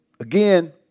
Again